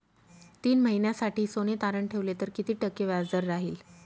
तीन महिन्यासाठी सोने तारण ठेवले तर किती टक्के व्याजदर राहिल?